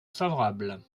favorable